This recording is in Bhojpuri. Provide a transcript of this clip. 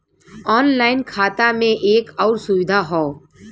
ऑनलाइन खाता में एक आउर सुविधा हौ